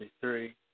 three